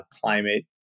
climate